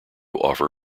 offer